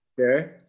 Okay